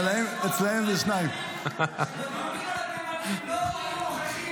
בדיונים על התימנים לא היו --- לא מרוקאים ולא תוניסאים.